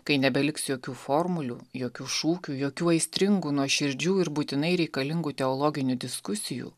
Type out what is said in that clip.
kai nebeliks jokių formulių jokių šūkių jokių aistringų nuoširdžių ir būtinai reikalingų teologinių diskusijų